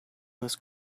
was